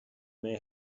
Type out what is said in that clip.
may